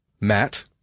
Matt